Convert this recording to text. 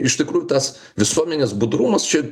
iš tikrųjų tas visuomenės budrumas čia